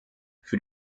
für